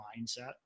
mindset